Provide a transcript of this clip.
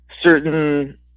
certain